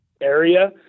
area